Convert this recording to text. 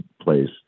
place